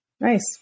Nice